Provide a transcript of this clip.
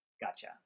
Gotcha